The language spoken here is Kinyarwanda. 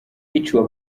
hiciwe